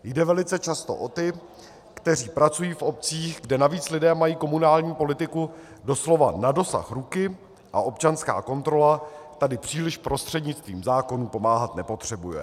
Jde velice často o ty, kteří pracují v obcích, kde navíc lidé mají komunální politiku doslova na dosah ruky a občanská kontrola tady příliš prostřednictvím zákonů pomáhat nepotřebuje.